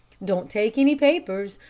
don't take any papers,